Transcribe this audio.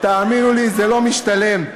אתמול לא נתנו לך לדבר בדימונה.